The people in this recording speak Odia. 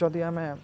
ଯଦି ଆମେ